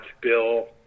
Bill